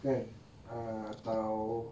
kan atau